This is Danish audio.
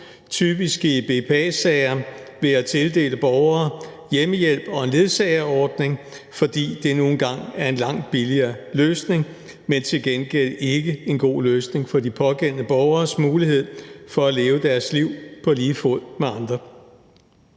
Typisk i BPA-sager vil man tildele borgere hjemmehjælp og en ledsagerordning, fordi det nu engang er en langt billigere løsning – men til gengæld ikke en god løsning for de pågældende borgeres mulighed for at leve deres liv på lige fod med andre.